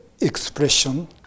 expression